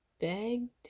begged